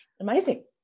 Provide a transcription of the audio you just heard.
Amazing